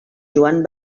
joan